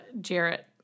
Jarrett